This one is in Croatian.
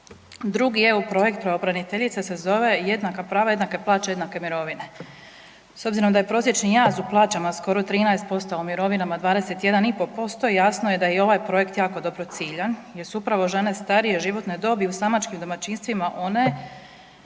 Drugi EU projekt pravobraniteljice se zove „jednaka prava, jednake plaće, jednake mirovine“. S obzirom da je prosječni jaz u plaćama skoro 13%, u mirovinama 21,5%, jasno je da je i ovaj projekt jako dobro ciljan jer su upravo žene starije životne dobi u samačkim domaćinstvima one